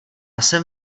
jsem